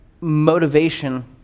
motivation